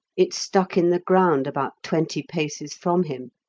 it stuck in the ground about twenty paces from him.